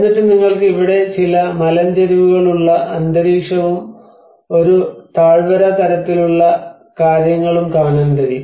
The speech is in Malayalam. എന്നിട്ട് നിങ്ങൾക്ക് ഇവിടെ ചില മലഞ്ചെരിവുകളുള്ള അന്തരീക്ഷവും ഒരു താഴ്വര തരത്തിലുള്ള കാര്യങ്ങളും കാണാൻ കഴിയും